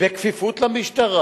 בכפיפות למשטרה.